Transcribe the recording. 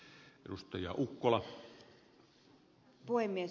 arvoisa puhemies